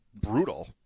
brutal